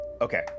okay